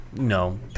no